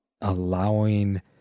allowing